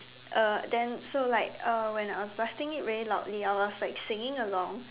uh then so like uh when I was blasting it really loudly I was like singing along